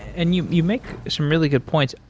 and you you make some really good points.